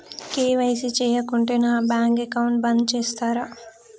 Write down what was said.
KYC చేయకుంటే నా bank account బంద్ చేస్తరా?